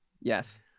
Yes